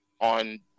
on